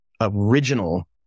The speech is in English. original